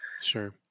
Sure